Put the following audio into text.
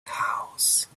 house